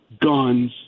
guns